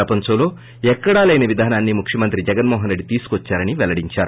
ప్రపంచంలో ఎక్కడా లేని విధానాన్సి ముఖ్యమంత్రి జగన్ మోహన్ రెడ్డి తీసుకోచ్చారని పెల్లడించారు